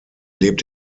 lebt